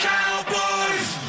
Cowboys